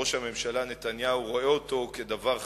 ראש הממשלה נתניהו רואה אותו כדבר חשוב,